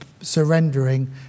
surrendering